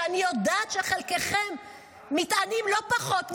שאני יודעת שחלקכם מתענים לא פחות מאיתנו: